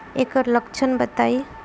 एकर लक्षण बताई?